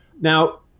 Now